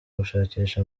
gushakisha